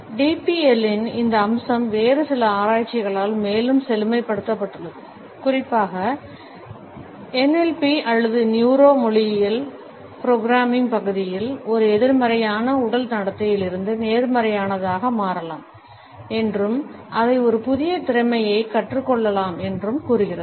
டிபிஎல்லின் இந்த அம்சம் வேறு சில ஆராய்ச்சிகளால் மேலும் செழுமைப்படுத்தப்பட்டுள்ளது குறிப்பாக என்எல்பி அல்லது நியூரோ மொழியியல் புரோகிராமிங் பகுதியில் இது எதிர்மறையான உடல் நடத்தையிலிருந்து நேர்மறையானதாக மாறலாம் என்றும் அதை ஒரு புதிய திறமையாகக் கற்றுக்கொள்ளலாம் என்றும் கூறுகிறது